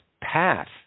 path